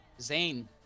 Zane